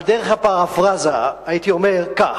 על דרך הפרפראזה הייתי אומר כך: